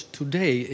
today